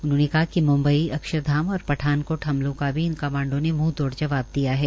उन्होंने कहा कि मुम्बई अक्षरधाम और पठानकोट हमलों का भी इन कमांडो ने मूंह तोड़ जवाब दिया है